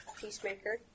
Peacemaker